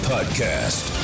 Podcast